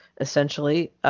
essentially